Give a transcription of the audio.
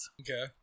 Okay